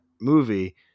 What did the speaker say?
movie